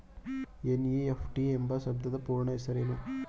NEFT ಎಂಬ ಶಬ್ದದ ಪೂರ್ಣ ಹೆಸರೇನು?